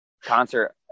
concert